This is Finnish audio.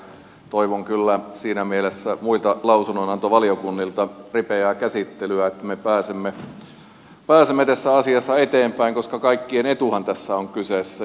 toivon kyllä siinä mielessä muilta lausunnonantovaliokunnilta ripeää käsittelyä että me pääsemme tässä asiassa eteenpäin koska kaikkien etuhan tässä on kyseessä